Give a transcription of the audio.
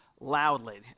loudly